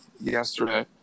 yesterday